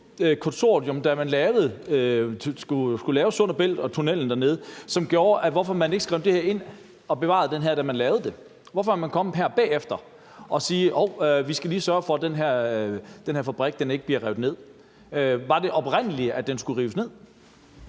konsortium, da man skulle lave Sund & Bælt og tunnelen dernede, som gjorde, at man ikke skrev det her ind og bevarede det, da man lavede det? Hvorfor kommer man her bagefter og siger: Hov, vi skal lige sørge for, at den her fabrik ikke bliver revet ned? Var det oprindelig planen, at den skulle rives ned?